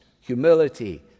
humility